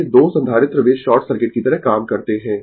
ये 2 संधारित्र वे शॉर्ट सर्किट की तरह काम करते है